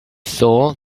saw